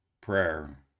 prayer